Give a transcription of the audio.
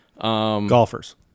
Golfers